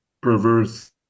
perverse